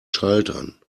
schaltern